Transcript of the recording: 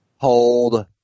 Hold